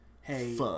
hey